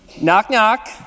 knock-knock